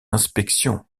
inspection